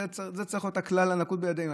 זה צריך להיות הכלל הנקוב בידינו.